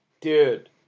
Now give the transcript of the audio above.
Dude